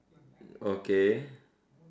okay